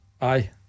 Aye